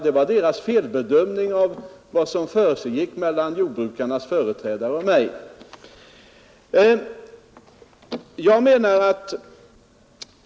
Det berodde väl på en felbedömning från deras sida av vad som hade försiggått mellan jordbrukarnas företrädare och mig.